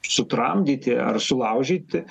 sutramdyti ar sulaužyti